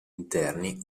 interni